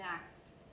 next